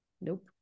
Nope